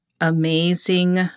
amazing